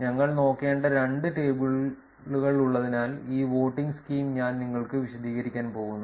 ഞങ്ങൾ നോക്കേണ്ട രണ്ട് ടേബിളുകളുള്ളതിനാൽ ഈ വോട്ടിംഗ് സ്കീം ഞാൻ നിങ്ങൾക്ക് വിശദീകരിക്കാൻ പോകുന്നു